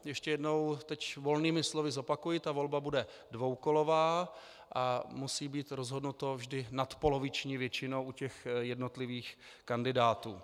Ještě jednou teď volnými slovy zopakuji: volba bude dvoukolová a musí být rozhodnuto vždy nadpoloviční většinou u těch jednotlivých kandidátů.